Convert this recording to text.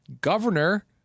governor